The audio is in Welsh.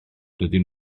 dydyn